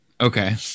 Okay